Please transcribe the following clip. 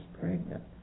pregnant